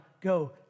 go